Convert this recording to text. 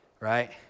Right